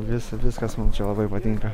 visa viskas man čia labai patinka